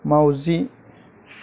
मावजि